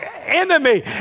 enemy